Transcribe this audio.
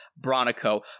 Bronico